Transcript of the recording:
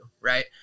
right